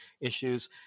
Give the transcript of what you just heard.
issues